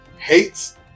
hates